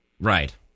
Right